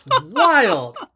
wild